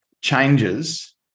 changes